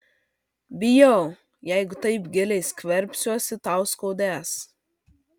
bijau jeigu taip giliai skverbsiuosi tau skaudės